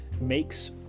makes